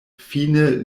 fine